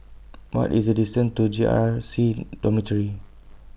What IS The distance to J R C Dormitory